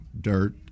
dirt